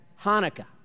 Hanukkah